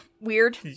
weird